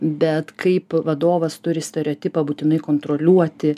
bet kaip vadovas turi stereotipą būtinai kontroliuoti